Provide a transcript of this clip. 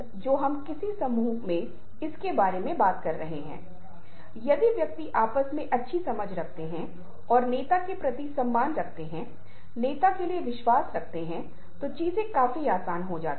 इसलिए हम मानते हैं कि कुछ मूलभूत भावनाएं हैं जो शरीर के साथ साथ चेहरे के भावों के साथ साथ जो कुछ भी हम कहते हैं और जिस तरह से हम इसे कहते हैं और यदि हम उन्हें मोटे तौर पर 6 या 7 तरीकों में वर्गीकृत करते हैं क्योंकि कई भावनाओं प्राथमिक भावनाओं के बारे में फिर से बहुत बहस होती है